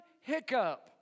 hiccup